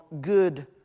good